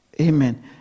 Amen